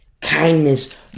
kindness